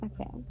okay